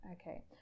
Okay